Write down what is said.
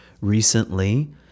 recently